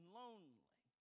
lonely